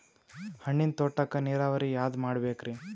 ಹಣ್ಣಿನ್ ತೋಟಕ್ಕ ನೀರಾವರಿ ಯಾದ ಮಾಡಬೇಕ್ರಿ?